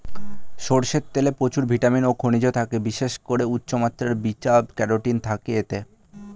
সরষের তেলে প্রচুর ভিটামিন ও খনিজ থাকে, বিশেষ করে উচ্চমাত্রার বিটা ক্যারোটিন থাকে এতে